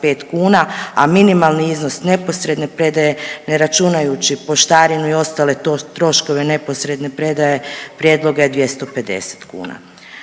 kuna, a minimalni iznos neposredne predaje ne računajući poštarinu i ostale troškove neposredne predaje prijedloga je 250 kuna.